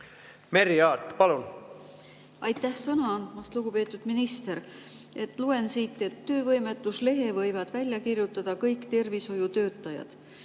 Merry Aart, palun! Aitäh sõna andmast! Lugupeetud minister! Loen siit, et töövõimetuslehe võivad välja kirjutada kõik tervishoiutöötajad.